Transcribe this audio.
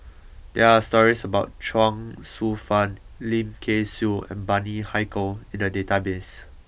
there are stories about Chuang Hsueh Fang Lim Kay Siu and Bani Haykal in the database